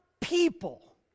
People